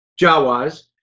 Jawas